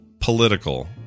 political